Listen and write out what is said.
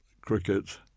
cricket